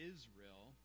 Israel